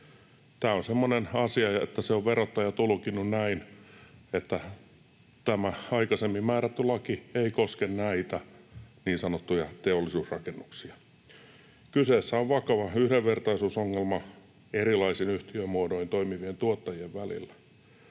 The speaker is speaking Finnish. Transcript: Tämä on semmoinen asia, että verottaja on tulkinnut näin, että tämä aikaisemmin määrätty laki ei koske näitä niin sanottuja teollisuusrakennuksia. Kyseessä on vakava yhdenvertaisuusongelma erilaisin yhtiömuodoin toimivien tuottajien välillä.